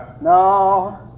No